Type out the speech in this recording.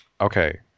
Okay